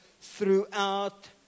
throughout